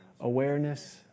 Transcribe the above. awareness